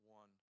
one